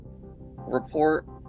report